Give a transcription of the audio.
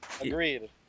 Agreed